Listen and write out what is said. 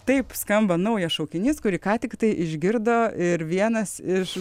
taip skamba naujas šaukinys kurį ką tik tai išgirdo ir vienas iš